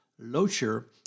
Locher